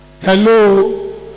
Hello